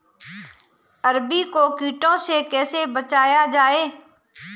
अरबी को कीटों से कैसे बचाया जाए?